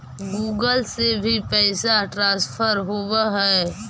Google से भी पैसा ट्रांसफर होवहै?